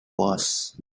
was